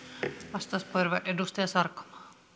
arvoisa puhemies sosialidemokraateille on